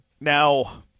Now